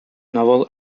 novel